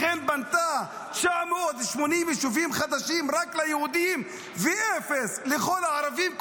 לכן היא בנתה 980 יישובים חדשים רק ליהודים ואפס לכל הערבים,